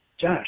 Josh